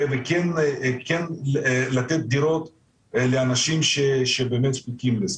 וכן לתת דירות לאנשים שבאמת זקוקים לזה.